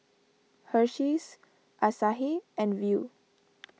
Hersheys Asahi and Viu